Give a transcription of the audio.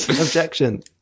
objection